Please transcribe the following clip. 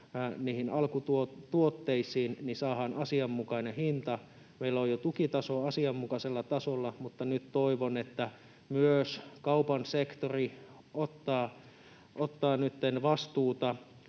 tuotteisiin saadaan asianmukainen hinta. Meillä on tukitaso jo asianmukaisella tasolla, mutta toivon, että myös kaupan sektori ottaa nytten vastuuta,